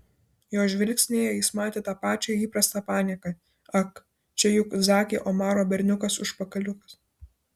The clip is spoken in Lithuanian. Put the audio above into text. jo žvilgsnyje jis matė tą pačią įprastą panieką ak čia juk zaki omaro berniukas užpakaliukas